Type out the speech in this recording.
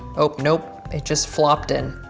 oh, nope. it just flopped in.